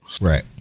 Right